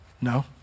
No